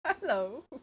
Hello